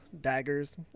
daggers